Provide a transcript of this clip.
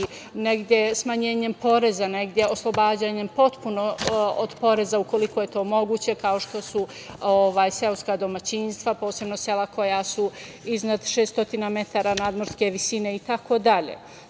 negde smanjenjem poreza, negde oslobađanjem potpuno od poreza, ukoliko je to moguće, kao što su seoska domaćinstva, posebno sela koja su iznad 600 metara nadmorske visine, itd.